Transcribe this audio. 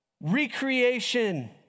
Recreation